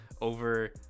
over